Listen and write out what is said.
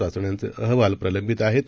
चाचण्यांचेअहवालप्रलंबितआहेत